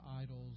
idols